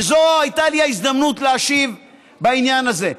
וזו הייתה לי ההזדמנות להשיב בעניין הזה.